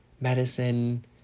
medicine